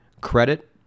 credit